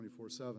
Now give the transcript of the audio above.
24-7